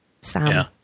Sam